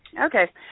Okay